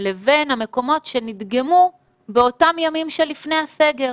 לבין המקומות שנדגמו באותם ימים שלפני הסגר.